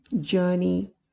journey